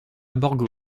borgo